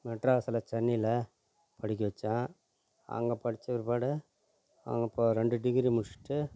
மெட்ராஸில் சென்னையில் படிக்க வச்சேன் அங்கே படித்த பிற்பாடு அவங்க இப்போ ரெண்டு டிகிரி முடிச்சுட்டு